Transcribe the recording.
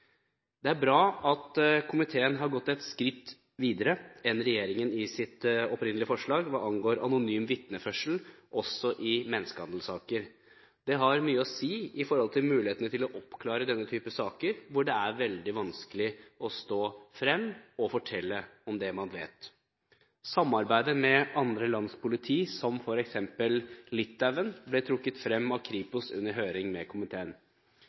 Det er bra at komiteen har gått et skritt videre enn regjeringen i sitt opprinnelige forslag hva angår anonym vitneførsel også i menneskehandelsaker. Det har mye å si for mulighetene til å oppklare denne type saker, hvor det er veldig vanskelig å stå frem og fortelle om det man vet. Samarbeidet med politiet i andre land, som f.eks. Litauen, ble trukket frem av Kripos under høringen i komiteen. Høyre tror at lovforslagene derfor er en helt nødvendig oppdatering med